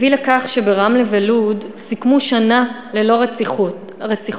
הביא לכך שברמלה ולוד סיכמו שנה ללא רציחות,